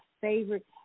favorite